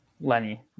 Lenny